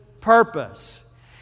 purpose